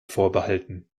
vorbehalten